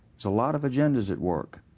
a lot of agendas at work.